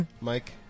Mike